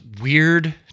weird